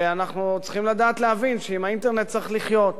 ואנחנו צריכים לדעת ולהבין שעם האינטרנט צריך לחיות.